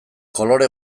kolore